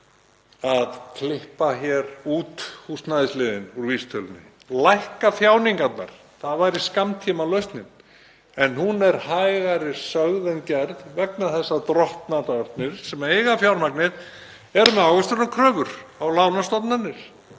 að klippa hér út húsnæðisliðinn úr vísitölunni, lækka þjáningarnar, það væri skammtímalausnin en hún er hægari sögð en gerð vegna þess að drottnararnir sem eiga fjármagnið eru með ávöxtunarkröfur á lánastofnanir.